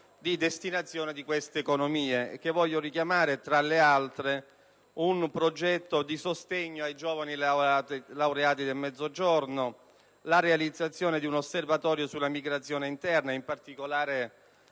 destinazione di queste economie. Ricordo, tra gli altri, un progetto di sostegno ai giovani laureati del Mezzogiorno, la realizzazione di un osservatorio sulla migrazione interna, in particolare